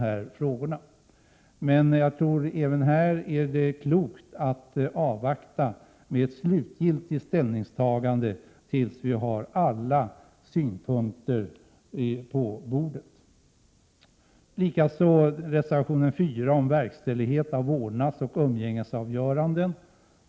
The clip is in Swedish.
Jag tror att det även här är klokt att avvakta med ett slutgiltigt ställningstagande tills vi har alla synpunkter på 45 bordet. Den folkpartistiska reservationen 4 gäller verkställighet av vårdnadsoch umgängesavgöranden.